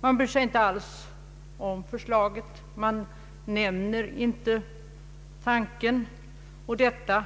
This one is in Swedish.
Man bryr sig inte om förslaget, och detta